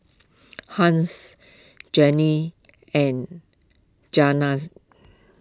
Hans Janine and